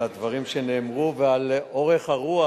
על הדברים שנאמרו ועל אורך-הרוח,